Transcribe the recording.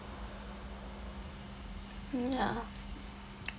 ya